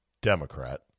Democrat